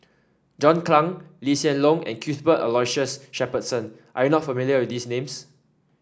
John Clang Lee Hsien Loong and Cuthbert Aloysius Shepherdson are you not familiar with these names